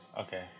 Okay